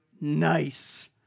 nice